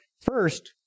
First